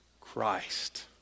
Christ